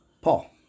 Paul